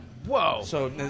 Whoa